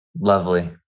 lovely